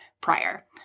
prior